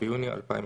בבקשה.